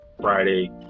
Friday